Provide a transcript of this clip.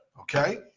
Okay